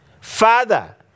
Father